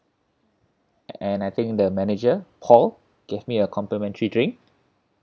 and I think the manager called gave me a complimentary drink